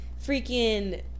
freaking